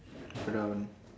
around